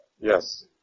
Yes